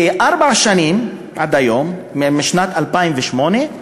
בארבע השנים עד היום, משנת 2008,